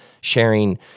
sharing